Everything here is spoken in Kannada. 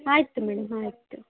ಆಯ್ತು ಮೇಡಂ ಆಯಿತು